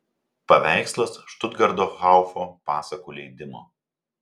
paveikslas štutgarto haufo pasakų leidimo